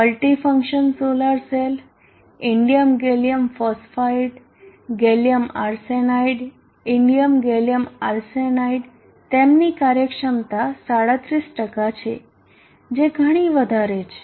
multifunction solar cell indium gallium phosphide gallium arsenide indium gallium arsenide તેમની કાર્યક્ષમતા 37 છે જે ઘણી વધારે છે